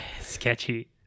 sketchy